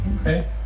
Okay